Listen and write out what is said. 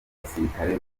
basirikare